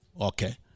Okay